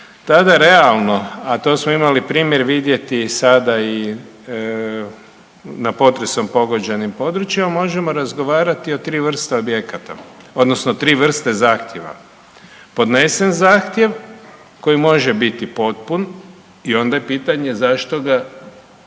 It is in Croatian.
tada realno, a to smo imali primjer vidjeti sada i na potresom pogođenim područjima možemo razgovarati o 3 vrste objekata odnosno 3 vrste zahtjeva, podnesen zahtjev koji može biti potpun i onda je pitanje zašto ga, zašto